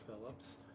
Phillips